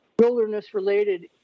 Wilderness-related